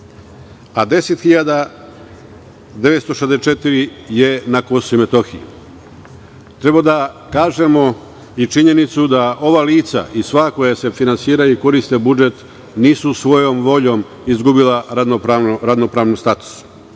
a 10.964 je na Kosovu i Metohiji. Treba da kažemo i činjenicu da ova lica i sva koja se finansiraju i koriste budžet nisu svojom voljom izgubila radno-pravni status.